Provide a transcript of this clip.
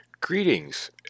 Greetings